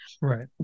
Right